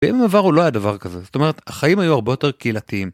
בימים עברו לא הדבר כזה זאת אומרת החיים היו הרבה יותר קהילתיים.